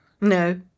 No